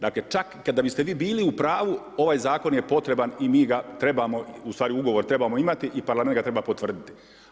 Dakle, čak i kada biste vi bili u pravu ovaj zakon je potreban i mi ga trebamo, ustvari ugovor trebamo imati i Parlament ga treba potvrditi.